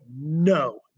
no